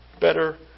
better